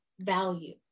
value